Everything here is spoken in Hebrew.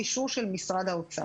אישור של משרד האוצר.